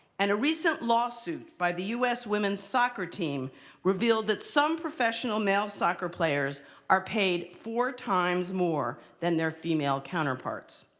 and a recent lawsuit by the us women's soccer team revealed that some professional male soccer players are paid four times more than their female counterparts.